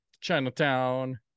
chinatown